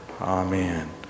Amen